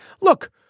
Look